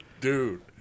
dude